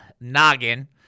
noggin